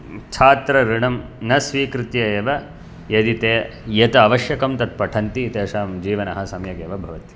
छात्रऋणं न स्वीकृत्य एव यदि ते यत् आवश्यकं तत् पठन्ति तेषां जीवनं सम्यक् एव भवति